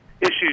issues